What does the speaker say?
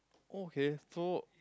oh okay so